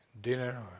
dinner